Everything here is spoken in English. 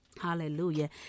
Hallelujah